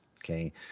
Okay